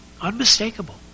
Unmistakable